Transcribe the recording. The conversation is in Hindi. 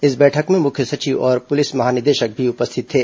इस बैठक में मुख्य सचिव और पुलिस महानिदेशक भी उपस्थित थे